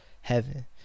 heaven